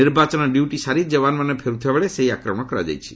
ନିର୍ବାଚନ ଡ୍ରି୍ୟଟି ସାରି ଯବାନମାନେ ଫେରୁଥିବାବେଳେ ସେହି ଆକ୍ରମଣ କରାଯାଇଛି